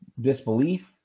disbelief